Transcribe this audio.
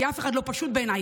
כי אף אחד לא פשוט בעיניי,